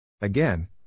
Again